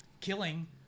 killing